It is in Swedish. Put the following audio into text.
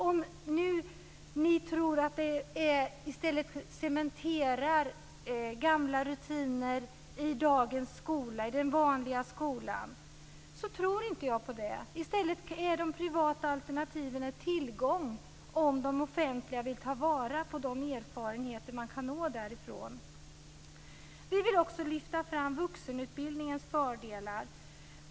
Ni kanske tror att de cementerar gamla rutiner från den vanliga skolan, men det tror inte jag. I stället är de privata alternativen en tillgång, om det offentliga vill ta vara på de erfarenheter man kan nå därifrån. Vi vill också lyfta fram vuxenutbildningens fördelar.